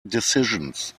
decisions